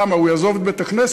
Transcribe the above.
למה, הוא יעזוב את בית-הכנסת?